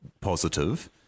positive